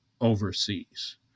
overseas